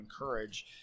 encourage